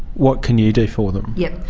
what can you do for them? yes.